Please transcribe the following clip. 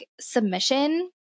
submission